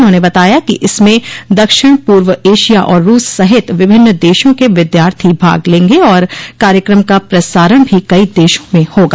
उन्होंने बताया कि इसमें दक्षिण पूर्व एशिया और रूस सहित विभिन्न देशों के विद्यार्थी भाग लेंगे और कार्यक्रम का प्रसारण भी कई देशों में होगा